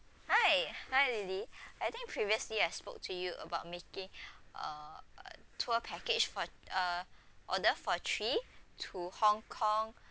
hi hi lily I think previously I spoke to you about making uh tour package for uh order for three to Hong-Kong